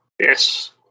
Yes